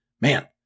Man